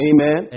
Amen